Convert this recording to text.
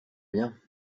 bien